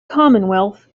commonwealth